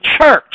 church